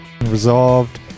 resolved